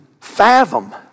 fathom